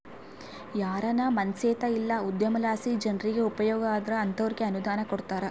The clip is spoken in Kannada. ಯಾರಾನ ಮನ್ಸೇತ ಇಲ್ಲ ಉದ್ಯಮಲಾಸಿ ಜನ್ರಿಗೆ ಉಪಯೋಗ ಆದ್ರ ಅಂತೋರ್ಗೆ ಅನುದಾನ ಕೊಡ್ತಾರ